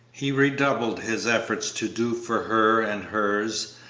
he redoubled his efforts to do for her and hers,